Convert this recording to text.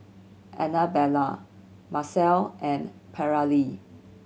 Annabella Marcel and Paralee